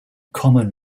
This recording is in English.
common